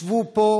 ישבו פה,